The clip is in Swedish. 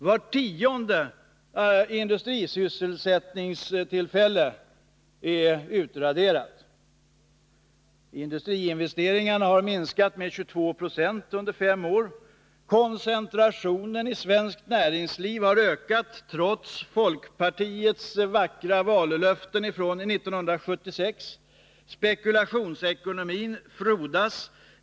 Vart tionde industrisysselsättningstillfälle är utraderat. Industriinvesteringarna har minskat med 22 96 under fem år. Koncentrationen i svenskt näringsliv har ökat trots folkpartiets vackra vallöften från 1976. Spekulationsekonomin frodas.